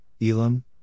Elam